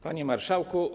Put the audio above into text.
Panie Marszałku!